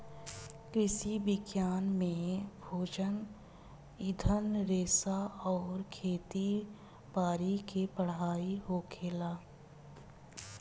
कृषि विज्ञान में भोजन, ईंधन रेशा अउरी खेती बारी के पढ़ाई होखेला